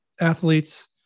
athletes